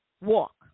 walk